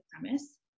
premise